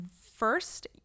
first